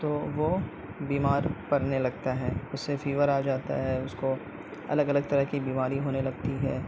تو وہ بیمار پڑنے لگتا ہے اسے فیور آ جاتا ہے اس کو الگ الگ طرح کی بیماری ہونے لگتی ہے